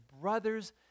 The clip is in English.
brothers